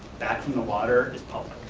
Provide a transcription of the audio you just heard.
back from the water, is public.